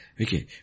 Okay